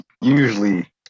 Usually